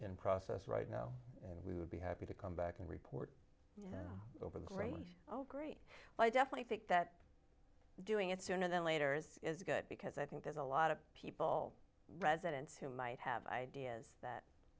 in process right now and we would be happy to come back and report over great oh great well i definitely think that doing it sooner than later this is good because i think there's a lot of people residents who might have ideas that